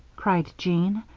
cried jean,